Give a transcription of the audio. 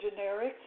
generics